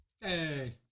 Hey